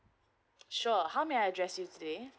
sure how may I address you today